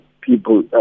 people